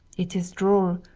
it is droll,